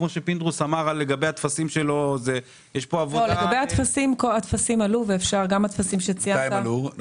כמו שפינדרוס אמר לגבי הטפסים --- הטפסים כבר עלו